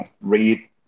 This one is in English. read